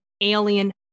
alien